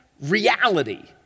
reality